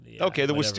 Okay